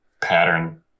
pattern